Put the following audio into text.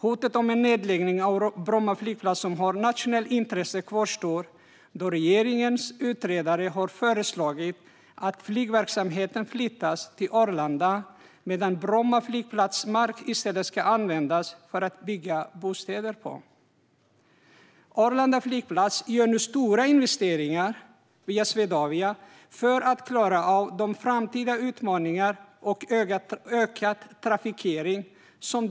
Hotet om en nedläggning av Bromma flygplats, som är ett nationellt intresse, kvarstår, då regeringens utredare har föreslagit att flygverksamheten ska flyttas till Arlanda medan Bromma flygplats mark i stället ska användas för att bygga bostäder på. Arlanda flygplats gör nu stora investeringar via Swedavia för att klara av framtida utmaningar och ökad trafikering.